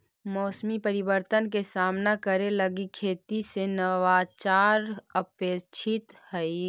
मौसमी परिवर्तन के सामना करे लगी खेती में नवाचार अपेक्षित हई